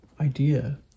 Idea